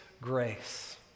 grace